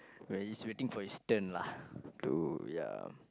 where he's waiting for his turn lah too ya